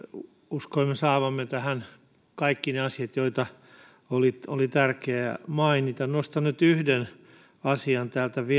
uskoimme saavamme tähän kaikki ne asiat joita oli tärkeä mainita nostan nyt vielä täältä yhden asian